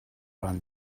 ran